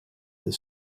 the